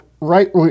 right